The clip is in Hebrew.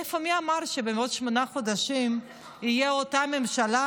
מי אמר שבעוד שמונה חודשים תהיה אותה ממשלה,